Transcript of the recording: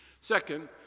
Second